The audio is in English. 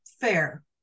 Fair